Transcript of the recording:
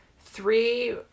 three